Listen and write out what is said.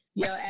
yo